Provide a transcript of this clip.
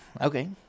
okay